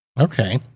Okay